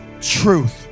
truth